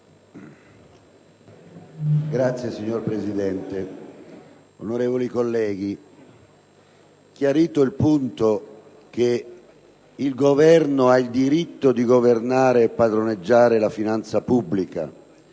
*(PdL)*. Signor Presidente, onorevoli colleghi, chiarito il punto che il Governo ha il diritto di governare e padroneggiare la finanza pubblica